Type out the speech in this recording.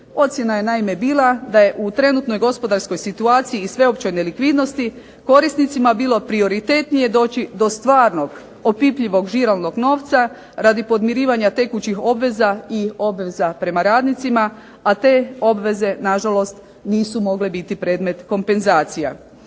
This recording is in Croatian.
Ocjena je naime bila da je u trenutnoj gospodarskoj situaciji sveopćoj nelikvidnosti korisnicima bilo prioritetnije doći do stvarnog, opipljivog žirovnog novca radi podmirivanja tekućih obveza i obveza prema radnicima, a te obveze nažalost nisu mogle biti predmet kompenzacija.